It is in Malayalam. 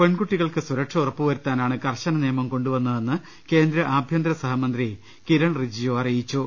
പെൺകുട്ടികൾക്ക് സുരക്ഷ ഉറപ്പുവരുത്താനാണ് കർശന നിയമം കൊണ്ടുവന്നതെന്ന് കേന്ദ്ര ആഭ്യന്തര സഹമന്ത്രി കിരൺ റിജ്ജു അറിയിച്ചു